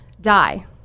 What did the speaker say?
die